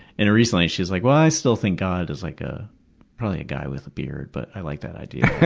and recently she's like, well, i still think god is like ah probably a guy with a beard, but i like that idea.